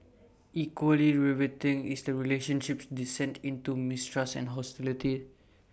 equally riveting is the relationship's descent into mistrust and hostility